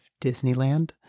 Disneyland